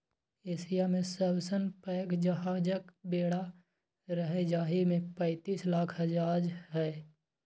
Asia मे सबसं पैघ जहाजक बेड़ा रहै, जाहि मे पैंतीस लाख जहाज रहै